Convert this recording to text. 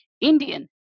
Indian